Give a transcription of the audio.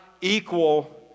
equal